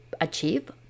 achieve